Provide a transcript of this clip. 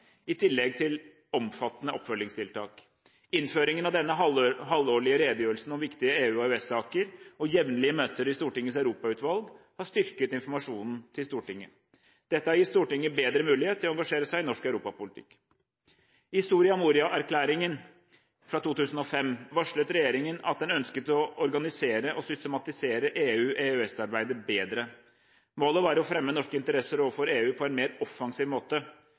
i tillegg til omfattende oppfølgingstiltak. Innføringen av denne halvårlige redegjørelsen om viktige EU- og EØS-saker og jevnlige møter i Stortingets europautvalg har styrket informasjonen til Stortinget. Dette har gitt Stortinget bedre mulighet til å engasjere seg i norsk europapolitikk. I Soria Moria-erklæringen fra 2005 varslet regjeringen at den ønsket å organisere og systematisere EU/EØS-arbeidet bedre. Målet var å fremme norske interesser overfor EU på en mer offensiv måte.